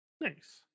Nice